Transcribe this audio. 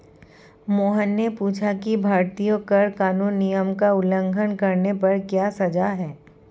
मोहन ने पूछा कि भारतीय कर कानून नियम का उल्लंघन करने पर क्या सजा है?